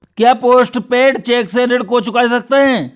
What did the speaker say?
क्या post paid cheque से ऋण को चुका सकते हैं?